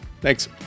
Thanks